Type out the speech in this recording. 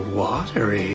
watery